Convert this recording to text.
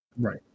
Right